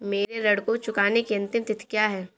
मेरे ऋण को चुकाने की अंतिम तिथि क्या है?